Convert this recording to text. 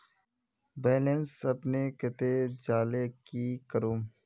Balance अपने कते जाले की करूम?